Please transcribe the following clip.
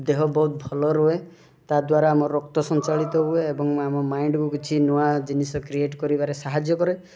ଦେହ ବହୁତ ଭଲ ରୁହେ ତା ଦ୍ୱାରା ଆମର ରକ୍ତ ସଞ୍ଚାଳିତ ହୁଏ ଏବଂ ଆମ ମାଇଣ୍ଡକୁ କିଛି ନୂଆ ଜିନିଷ କ୍ରିଏଟ୍ କରିବାରେ ସାହାଯ୍ୟ କରେ